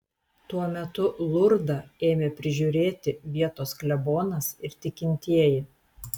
tuo metu lurdą ėmė prižiūrėti vietos klebonas ir tikintieji